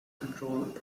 control